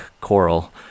coral